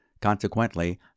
Consequently